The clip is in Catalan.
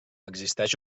existeix